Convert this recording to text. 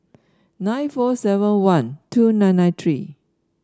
nine four seven one two nine nine three